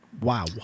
Wow